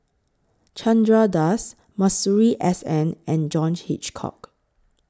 Chandra Das Masuri S N and John Hitchcock